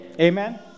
Amen